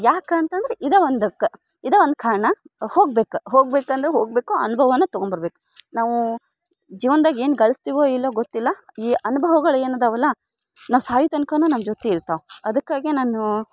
ಯಾಕೆ ಅಂತಂದ್ರೆ ಇದೇ ಒಂದಕ್ಕೆ ಇದೇ ಒಂದು ಕಾರಣ ಹೋಗ್ಬೇಕು ಹೋಗ್ಬೇಕು ಅಂದರೆ ಹೋಗಬೇಕು ಅನುಭವವನ್ನ ತಗೊಂಡ್ಬರ್ಬೇಕು ನಾವೂ ಜೀವನ್ದಾಗ ಏನು ಗಳಿಸ್ತೀವೊ ಇಲ್ಲವೋ ಗೊತ್ತಿಲ್ಲ ಈ ಅನ್ಭವಗಳು ಏನು ಅದಾವಲ್ಲ ನಾವು ಸಾಯೋ ತನ್ಕನೂ ನಮ್ಮ ಜೊತೆ ಇರ್ತವೆ ಅದಕ್ಕಾಗೆ ನಾನೂ